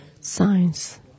science